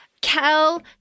Kel